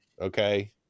Okay